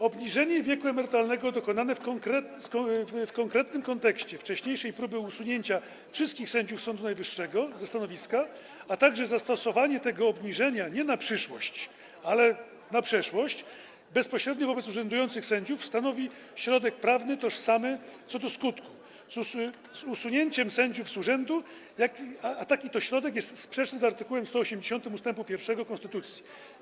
Obniżenie wieku emerytalnego dokonane w konkretnym kontekście wcześniejszej próby usunięcia wszystkich sędziów Sądu Najwyższego ze stanowiska, a także zastosowanie tego obniżenia nie na przyszłość, ale na przeszłość, bezpośrednio wobec urzędujących sędziów stanowi środek prawny tożsamy co do skutku z usunięciem sędziów z urzędu, a taki to środek jest sprzeczny z art. 180 ust. 1 konstytucji.